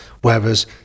whereas